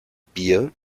bier